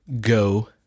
go